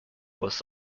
was